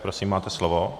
Prosím, máte slovo.